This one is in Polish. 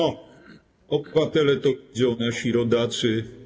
Obywatele to widzą, nasi rodacy.